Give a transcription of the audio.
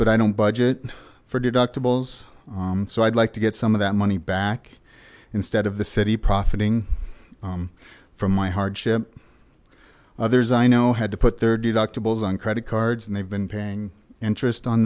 but i don't budget for deductibles so i'd like to get some of that money back instead of the city profiting from my hardship others i know had to put their deductibles on credit cards and they've been paying interest on